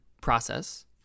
process